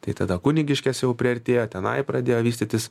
tai tada kunigiškės jau priartėjo tenai pradėjo vystytis